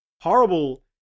horrible